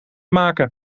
maken